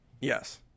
Yes